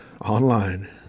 online